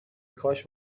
کاش